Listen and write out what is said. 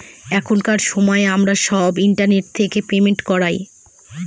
এখনকার সময় আমরা সব ইন্টারনেট থেকে পেমেন্ট করায়